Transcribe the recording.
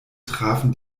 trafen